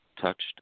touched